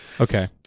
Okay